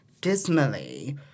dismally